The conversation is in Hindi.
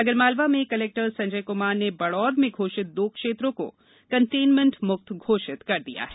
आगरमालवा में कलेक्टर संजय क्मार ने बड़ौद में घोषित दो क्षैत्रों को कन्टेनमेन्ट मुक्त घोषित किया है